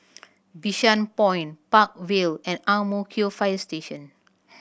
Bishan Point Park Vale and Ang Mo Kio Fire Station